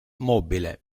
mobile